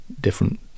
different